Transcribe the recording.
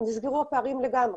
נסגרו הפערים לגמרי.